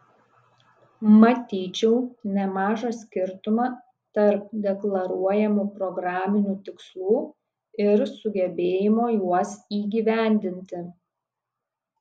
matyčiau nemažą skirtumą tarp deklaruojamų programinių tikslų ir sugebėjimo juos įgyvendinti